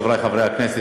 חברי חברי הכנסת,